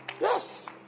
Yes